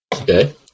Okay